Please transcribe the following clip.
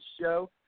Show